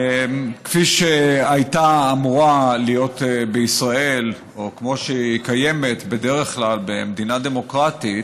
כפי שהייתה אמורה להיות בישראל או כמו שקיימת בדרך כלל במדינה דמוקרטית,